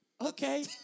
Okay